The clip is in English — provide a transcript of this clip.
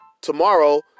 tomorrow